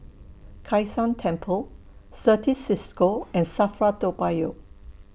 Kai San Temple Certis CISCO and SAFRA Toa Payoh